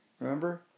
Remember